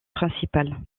principale